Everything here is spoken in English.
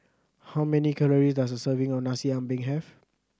how many calories does a serving of Nasi Ambeng have